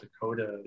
Dakota